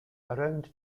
around